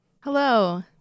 Hello